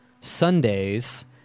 Sundays